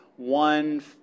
One